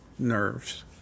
nerves